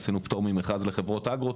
עשינו פטור ממכרז לחברות אגרוטק,